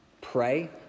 pray